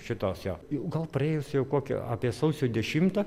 šitos jo gal praėjus jau kokią apie sausio dešimtą